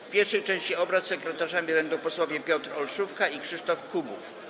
W pierwszej części obrad sekretarzami będą posłowie Piotr Olszówka i Krzysztof Kubów.